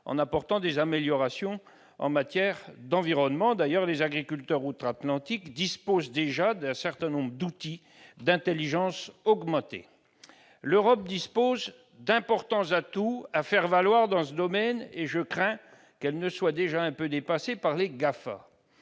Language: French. en apportant des améliorations en matière environnementale. Outre-Atlantique, les agriculteurs disposent d'ailleurs déjà d'un certain nombre d'outils d'intelligence augmentée. L'Europe dispose d'importants atouts à faire valoir dans ce domaine, mais je crains qu'elle ne soit déjà quelque peu dépassée par les GAFA.